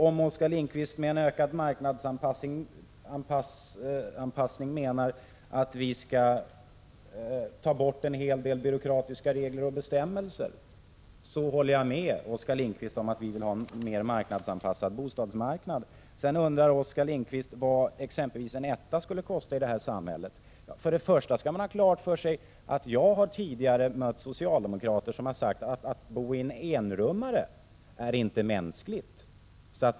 Om Oskar Lindkvist med en ökad marknadsanpassning menar att vi skall ta bort en hel del byråkratiska regler och bestämmelser, håller jag med Oskar Lindkvist om att vi vill ha en mera marknadsanpassad bostadsmarknad. Oskar Lindkvist undrade vad exempelvis en etta skulle kosta i ett ”moderat” samhälle. Först och främst skall man ha klart för sig att jag tidigare mött socialdemokrater som sagt: Att bo i en enrummare är inte mänskligt.